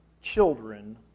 children